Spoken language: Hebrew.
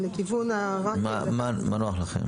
מה, מה נוח לכם?